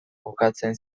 kokatzen